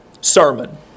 sermon